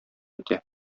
итә